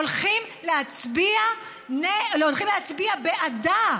הולכים להצביע בעדה.